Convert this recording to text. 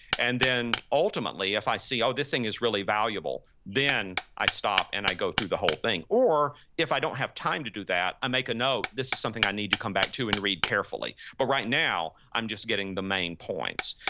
and then ultimately if i see, oh, this thing is really valuable, then i stop stop and i go through the whole thing. or if i don't have time to do that, i make a note. this is something i need to come back to and read carefully. but right now, i'm just getting the main points.